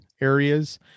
areas